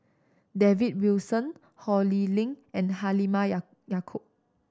David Wilson Ho Lee Ling and Halimah Yacob